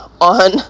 on